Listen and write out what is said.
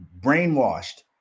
brainwashed